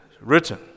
written